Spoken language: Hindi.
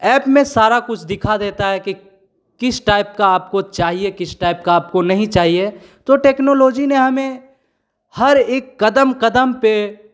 ऐप में सारा कुछ दिखा देता है कि किस टाइप का आपको चाहिए किस टाइप का आपको नहीं चाहिए तो टेक्नोलॉजी ने हमें हर एक कदम कदम पर